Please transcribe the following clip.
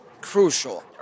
Crucial